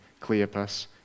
Cleopas